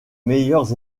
meilleurs